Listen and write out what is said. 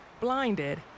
blinded